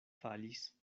falis